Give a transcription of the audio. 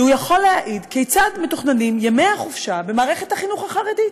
הוא יכול להעיד כיצד מתוכננים ימי החופשה במערכת החינוך החרדית: